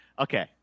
okay